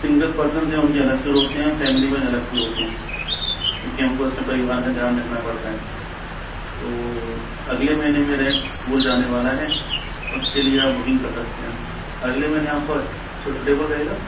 single person जो है उनके अलग टूर होते हैं फैमिली के अलग टूर होते हैं क्योंकि हमको उसमें परिवार का ध्यान रखना पड़ता है तो अगले महीने मेरा एक टूर जाने वाला है उसके लिए आप बुकिंग कर सकते हैं अगले महीने आपको सूटेबल रहेगा